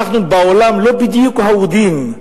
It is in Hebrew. בעולם אנחנו לא בדיוק אהודים,